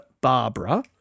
Barbara